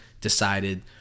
decided